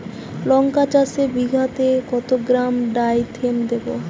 লঙ্কা চাষে বিঘাতে কত গ্রাম ডাইথেন দেবো?